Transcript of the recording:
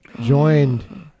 joined